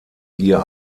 ihr